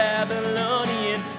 Babylonian